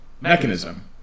mechanism